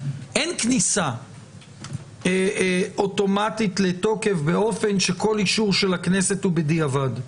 אין כניסה אוטומטית לתוקף באופן שכל אישור של הכנסת הוא בדיעבד.